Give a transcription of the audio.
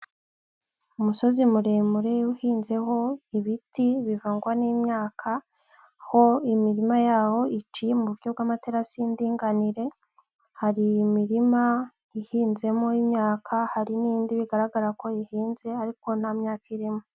Umusozi muremure uhinzeho ibiti bivangwa n'imyaka, aho imirima yaho iciye mu buryo bw'amaterasi y'indinganire, hari imirima ihinzemo imyaka, hari n'indi bigaragara ko ihinze ariko nta myaka irimo.